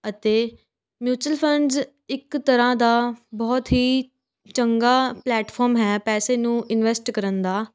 ਅਤੇ mutual funds ਇੱਕ ਤਰ੍ਹਾਂ ਦਾ ਬਹੁਤ ਹੀ ਚੰਗਾ ਪਲੈਟਫੋਮ ਹੈ ਪੈਸੇ ਨੂੰ ਇਨਵੈਸਟ ਕਰਨ ਦਾ